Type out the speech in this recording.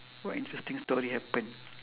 what interesting story happened